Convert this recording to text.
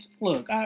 Look